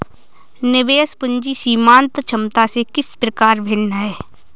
निवेश पूंजी सीमांत क्षमता से किस प्रकार भिन्न है?